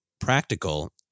practical